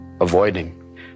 avoiding